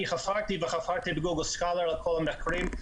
אני חפרתי וחפרתי בגוגל על כל המחקרים.